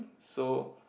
so